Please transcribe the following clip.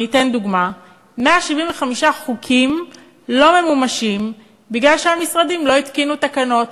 אני אתן דוגמה: 175 חוקים לא ממומשים בגלל שהמשרדים לא התקינו תקנות.